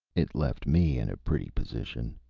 it left me in a pretty position.